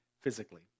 physically